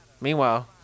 Meanwhile